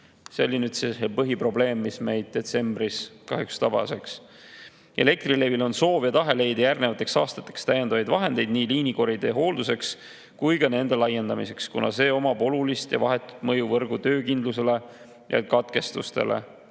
See oli põhiprobleem, mis meid detsembris kahjuks tabas, eks. Elektrilevil on soov ja tahe leida järgnevateks aastateks täiendavaid vahendeid nii liinikoridoride hoolduseks kui ka nende laiendamiseks, kuna sellel on oluline ja vahetu mõju võrgu töökindlusele ja katkestustele.